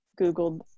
Googled